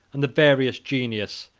and the various genius,